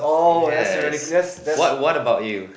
yes what what about you